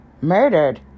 murdered